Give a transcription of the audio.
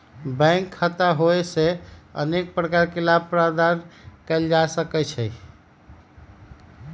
bank खता होयेसे अनेक प्रकार के लाभ प्राप्त कएल जा सकइ छै